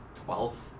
Twelve